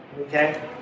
okay